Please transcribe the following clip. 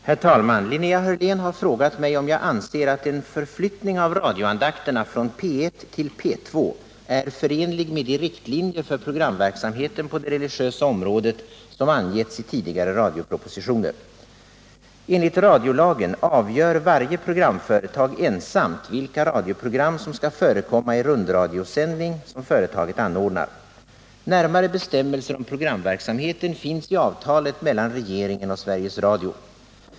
Herr talman! Linnea Hörlén har frågat mig om jag anser att en förflyttning av radioandakterna från P1 till P2 är förenlig med de riktlinjer för programverksamheten på det religiosa området som angetts i tidigare radiopropositioner. Enligt radiolagen avgör varje programföretag ensamt vilka radioprogram som skall förekomma i rundradiosändning som företaget anordnar. Närmare bestämmelser om programverksamheten finns i avtalet mellan regeringen och Sveriges Radio.